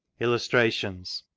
illustrations.